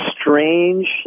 strange